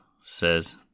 says